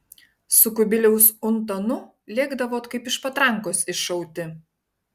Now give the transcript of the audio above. su kubiliaus untanu lėkdavot kaip iš patrankos iššauti